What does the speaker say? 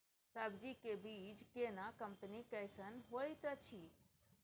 सब्जी के बीज केना कंपनी कैसन होयत अछि?